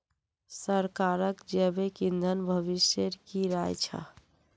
सरकारक जैविक ईंधन भविष्येर की राय छ